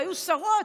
היו שרות.